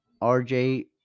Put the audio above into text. RJ